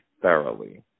thoroughly